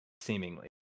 seemingly